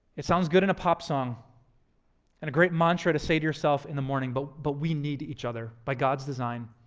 it sounds good in a pop song and a great mantra to say to yourself in the morning but but we need each other by god's design